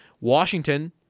Washington